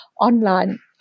online